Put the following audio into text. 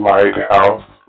Lighthouse